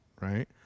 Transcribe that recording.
right